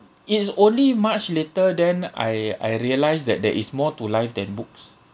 it's only much later then I I realised that there is more to life than books